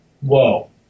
Whoa